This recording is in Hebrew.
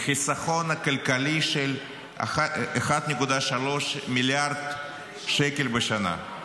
לחיסכון כלכלי של 1.3 מיליארד שקל בשנה.